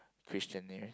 Christian name